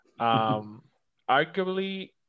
Arguably